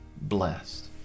blessed